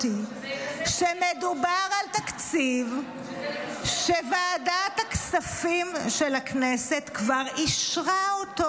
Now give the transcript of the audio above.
שמדובר על תקציב שוועדת הכספים של הכנסת כבר אישרה אותו.